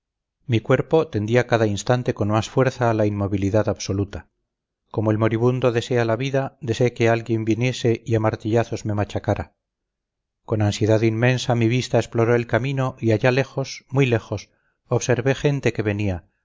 mi cuerpo tendía cada instante con más fuerza a la inmovilidad absoluta como el moribundo desea la vida deseé que alguien viniese y a martillazos me machacara con ansiedad inmensa mi vista exploró el camino y allá lejos muy lejos observé gente que venía